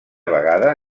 vegada